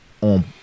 on